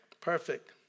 Perfect